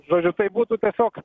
žodžiu tai būtų tiesiog